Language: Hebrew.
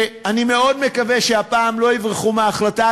אני מאוד מקווה שהפעם לא יברחו מהחלטה,